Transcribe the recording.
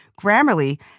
Grammarly